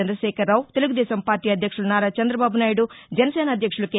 Chandrashekar Rao Telugu Desam party అధ్యక్షులు నారా చంద్రబాబునాయుడు జనసేన అధ్యక్షులు K